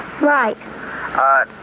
Right